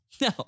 no